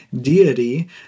deity